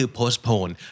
postpone